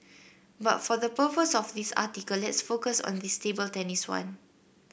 but for the purpose of this article let's focus on this table tennis one